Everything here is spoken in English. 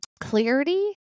clarity